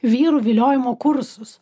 vyrų viliojimo kursus